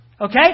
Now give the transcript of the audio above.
Okay